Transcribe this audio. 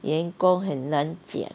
员工很难讲